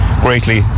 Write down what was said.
greatly